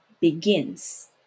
begins